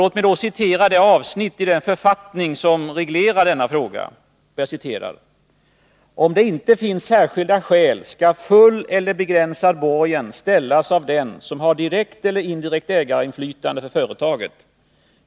Låt mig då citera det avsnitt i författningen som reglerar denna fråga: ”Om det inte finns särskilda skäl skall full eller begränsad borgen ställas av den som har direkt eller indirekt ägarinflytande på företaget.